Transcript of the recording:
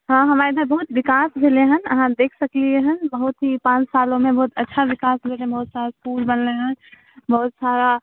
हँ हमरा इधर बहुत विकास भेलै हँ अहाँ देखि सकलिए हँ बहुत ही पाँच सालमे बहुत अच्छा विकास भेलै बहुत सारा पुल बनलै हँ बहुत सारा